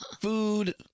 Food